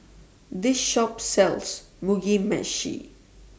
This Shop sells Mugi Meshi